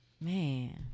Man